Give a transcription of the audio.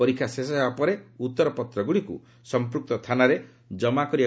ପରୀକ୍ଷା ଶେଷ ହେବା ପରେ ଉତ୍ତର ପତ୍ରଗୁଡ଼ିକୁ ସମ୍ପୃକ୍ତ ଥାନାଗୁଡ଼ିକରେ ଜମା କରାଯିବ